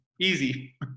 easy